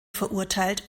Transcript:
verurteilt